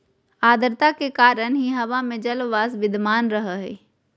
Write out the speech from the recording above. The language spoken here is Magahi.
आद्रता के कारण ही हवा में जलवाष्प विद्यमान रह हई